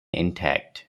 intact